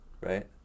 right